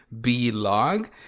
B-Log